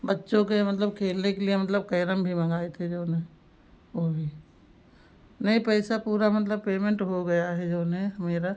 बच्चों के मतलब खेलने के लिए मतलब कैरम भी मँगाए थे जो है वह भी नहीं पैसा पूरा मतलब पेमेन्ट हो गया है जो है मेरा